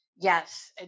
Yes